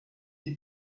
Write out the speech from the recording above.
die